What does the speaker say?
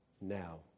now